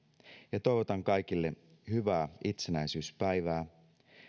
ja toivotan kaikille hyvää itsenäisyyspäivää